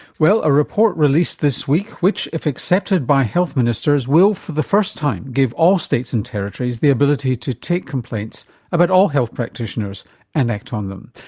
well, a report released this week which, if accepted by health ministers, will for the first time give all states and territories the ability to take complaints about all health practitioners and act on them.